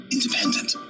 Independent